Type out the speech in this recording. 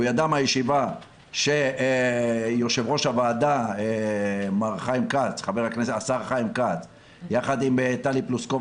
הוא ידע מהישיבה שיו"ר הוועדה השר חיים כץ יחד עם טלי פלוסקוב